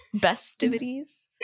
Festivities